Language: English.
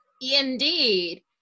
Indeed